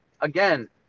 again